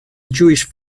jewish